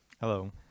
hello